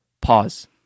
pause